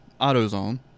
AutoZone